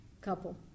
couple